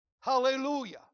Hallelujah